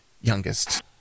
youngest